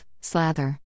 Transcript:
slather